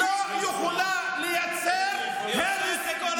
די, אדוני היושב-ראש, הוא משקר.